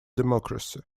democracy